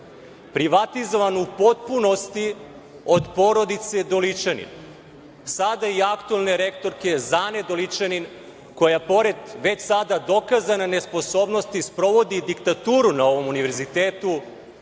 Privatizovan je u potpunosti od porodice Doličanin, sada i aktuelne rektorke Zane Doličanin, koja, pored već sada dokazane nesposobnosti, sprovodi diktaturu na ovom univerzitetu